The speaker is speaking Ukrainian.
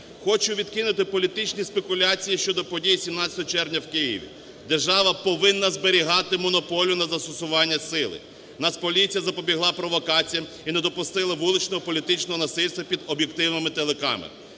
Хочу відкинути політичні спекуляції щодо подій 17 червня в Києві. Держава повинна зберігати монополію на застосування сили. Нацполіція запобігла провокаціям і не допустила вулично-політичного насильства під об'єктивами телекамер,